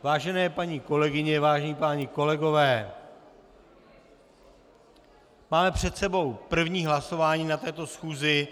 Vážené paní kolegyně, vážení páni kolegové, máme před sebou první hlasování na této schůzi.